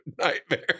nightmare